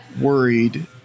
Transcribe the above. worried